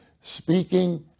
speaking